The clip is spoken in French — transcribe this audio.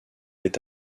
est